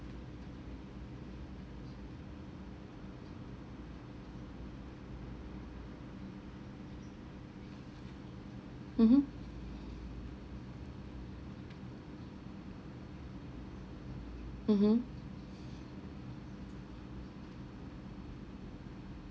mmhmm mmhmm